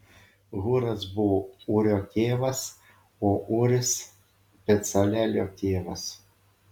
hūras buvo ūrio tėvas o ūris becalelio tėvas